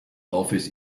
office